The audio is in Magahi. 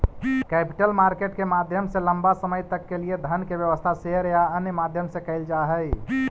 कैपिटल मार्केट के माध्यम से लंबा समय तक के लिए धन के व्यवस्था शेयर या अन्य माध्यम से कैल जा हई